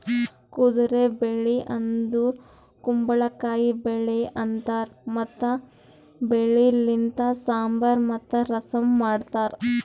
ಕುದುರೆ ಬೆಳಿ ಅಂದುರ್ ಕುಂಬಳಕಾಯಿ ಬೆಳಿ ಅಂತಾರ್ ಮತ್ತ ಬೆಳಿ ಲಿಂತ್ ಸಾಂಬಾರ್ ಮತ್ತ ರಸಂ ಮಾಡ್ತಾರ್